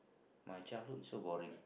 my childhood is so boring